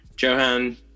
Johan